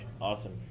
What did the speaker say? Awesome